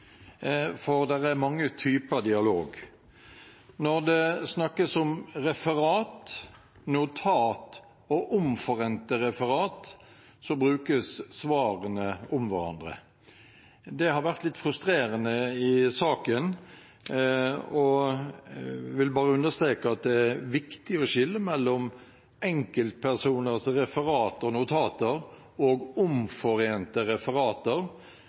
For det er mange typer dialog. Når det snakkes om referater, notater og omforente referater, brukes svarene om hverandre. Det har vært litt frustrerende i saken, og jeg vil bare understreke at det er viktig å skille mellom enkeltpersoners referater og notater og omforente referater,